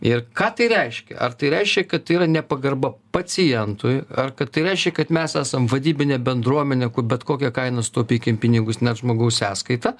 ir ką tai reiškia ar tai reiškia kad tai yra nepagarba pacientui ar kad tai reiškia kad mes esam vadybinė bendruomenė bet kokia kaina sutaupykim pinigus net žmogaus sąskaita